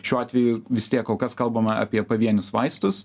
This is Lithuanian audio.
šiuo atveju vis tiek kol kas kalbame apie pavienius vaistus